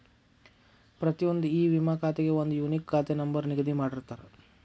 ಪ್ರತಿಯೊಂದ್ ಇ ವಿಮಾ ಖಾತೆಗೆ ಒಂದ್ ಯೂನಿಕ್ ಖಾತೆ ನಂಬರ್ ನಿಗದಿ ಮಾಡಿರ್ತಾರ